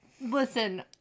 listen